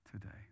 today